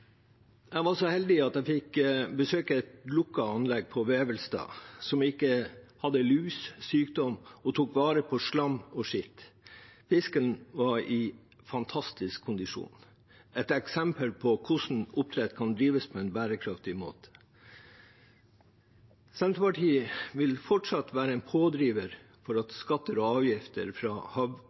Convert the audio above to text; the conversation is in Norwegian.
Jeg var så heldig at jeg fikk besøke et lukket anlegg på Vevelstad, som ikke hadde lus eller sykdom, og tok vare på slam og skitt. Fisken var i fantastisk kondisjon. Det er et eksempel på hvordan oppdrett kan drives på en bærekraftig måte. Senterpartiet vil fortsatt være en pådriver for at skatter og avgifter fra